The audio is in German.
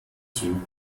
zug